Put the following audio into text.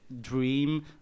dream